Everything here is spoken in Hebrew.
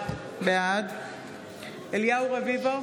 בעד אליהו רביבו,